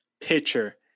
pitcher